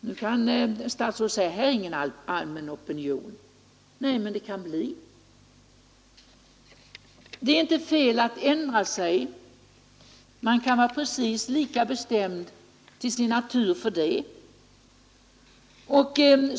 Nu kan statsrådet säga att det i detta fall inte förekommer någon allmän opinion. Nej, men det kan bli. Det är inte fel att ändra sig. Man kan vara precis lika bestämd till sin natur för det.